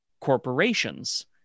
corporations